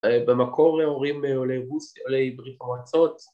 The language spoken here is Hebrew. ‫במקור להורים עולי רוסיה, עולי ברית המועצות.